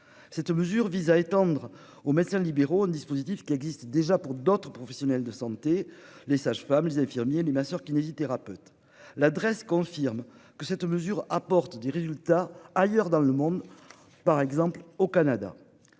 Cette mesure vise à étendre aux médecins libéraux, un dispositif qui existent déjà pour d'autres professionnels de santé, les sages-femmes, les infirmiers, les masseurs kinésithérapeutes l'adresse confirme que cette mesure apporte des résultats ailleurs dans le monde par exemple au Canada.